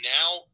now